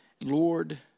Lord